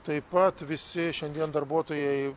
taip pat visi šiandien darbuotojai